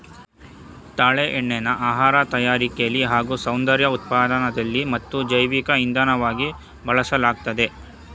ತಾಳೆ ಎಣ್ಣೆನ ಆಹಾರ ತಯಾರಿಕೆಲಿ ಹಾಗೂ ಸೌಂದರ್ಯ ಉತ್ಪನ್ನದಲ್ಲಿ ಮತ್ತು ಜೈವಿಕ ಇಂಧನವಾಗಿ ಬಳಸಲಾಗ್ತದೆ